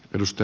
kiitos